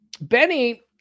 Benny